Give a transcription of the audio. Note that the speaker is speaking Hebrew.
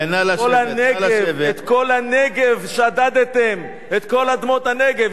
את כל הנגב שדדתם, את כל אדמות הנגב.